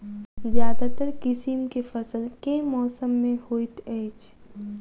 ज्यादातर किसिम केँ फसल केँ मौसम मे होइत अछि?